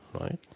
Right